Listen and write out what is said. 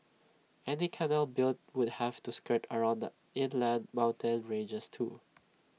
any canal built would have to skirt around the inland mountain ranges too